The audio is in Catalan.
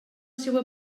seua